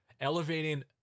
elevating